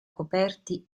coperti